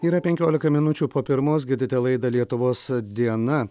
yra penkiolika minučių po pirmos girdite laidą lietuvos diena